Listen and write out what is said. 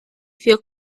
feel